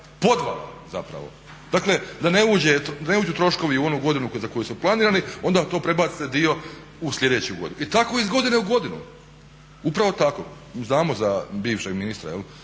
podvala zapravo. Dakle da ne uđu troškovi u onu godinu za koju su planirani onda to prebacite dio u sljedeću godinu. I tako iz godine u godinu. Upravo tako. Znamo za bivšeg ministra ali